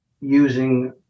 using